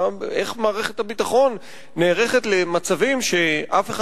איך מערכת הביטחון נערכת למצבים שאף אחד